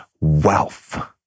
wealth